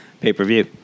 pay-per-view